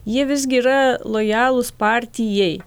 jie visgi yra lojalūs partijai